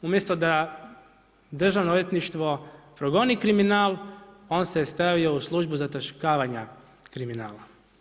Umjesto da Državno odvjetništvo progoni kriminal, on se stavio u službu zataškavanja kriminala.